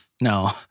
No